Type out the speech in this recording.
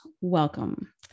Welcome